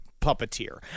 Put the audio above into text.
puppeteer